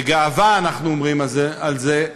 בגאווה אנחנו אומרים את זה,